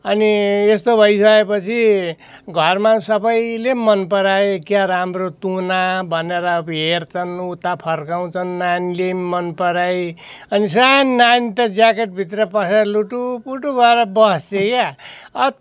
अनि यस्तो भइसकेपछि घरमा सबैले मनपराए क्या राम्रो तुना भनेर हेर्छन् उता फर्काउँछन् नानीले पनि मनपराई अनि सानो नानी त ज्याकेटभित्र पसेर लुटुपुटु भएर बस्छे क्या